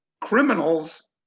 criminals